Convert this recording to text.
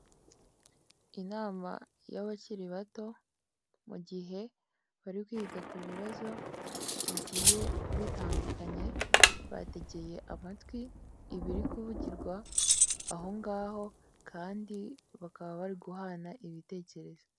Inama y'abakiri bato, mugihe bari kwiga kubibazo bigiye bitandukanye, bategeye amatwi ibiri kuvugirwa aho ngaho Kandi bakaba bari guhana ibitekerezo.